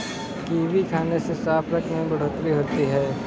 kiwi खाने से साफ रक्त में बढ़ोतरी होती है